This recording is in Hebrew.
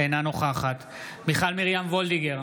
אינה נוכחת מיכל מרים וולדיגר,